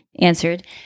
answered